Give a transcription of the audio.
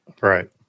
Right